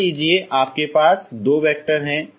मान लीजिए कि आपके पास दो वैक्टर हैं